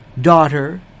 Daughter